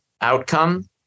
outcome